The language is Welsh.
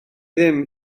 ddim